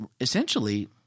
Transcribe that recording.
essentially